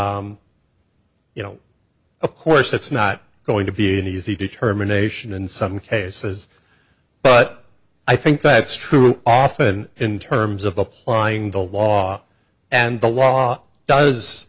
you know of course it's not going to be an easy determination in some cases but i think that's true often in terms of applying the law and the law does